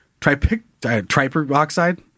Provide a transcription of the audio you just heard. triperoxide